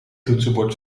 toetsenbord